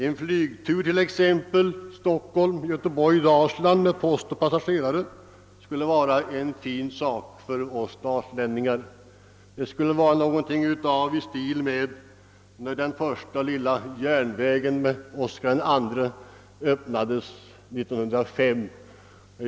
En flyglinje exempelvis Stockholm—Göteborg—Dalsland med post och passagerare skulle vara en fin sak för oss dalslänningar, något i stil med när den första lilla järnvägen invigdes av Oskar II år 1905.